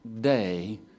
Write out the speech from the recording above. day